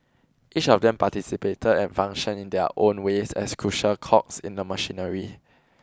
each of them participated and functioned in their own ways as crucial cogs in the machinery